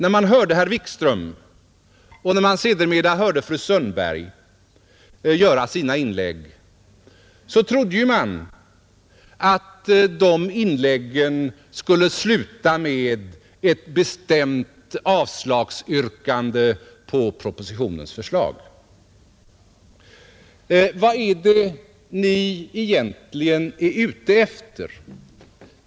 När man hörde herr Wikström och sedermera fru Sundberg göra sina inlägg trodde man att de inläggen skulle sluta med ett bestämt yrkande om avslag på propositionens förslag. Vad är det ni egentligen är ute efter?